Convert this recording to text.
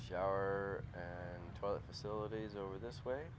shower and toilet facilities over this way